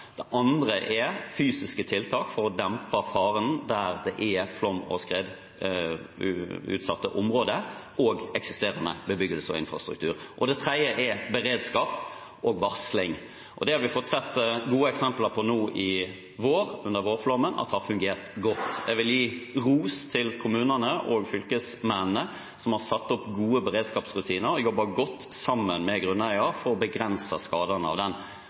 Det andre er fysiske tiltak for å dempe faren der det er flom- og skredutsatte områder og eksisterende bebyggelse og infrastruktur. Det tredje er beredskap og varsling. Det har vi i vår – under vårflommen – sett gode eksempler på har fungert godt. Jeg vil gi ros til kommunene og fylkesmennene, som har satt opp gode beredskapsrutiner og har jobbet godt sammen med grunneiere for å begrense skadene av den